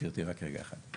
גברתי, רק רגע אחד.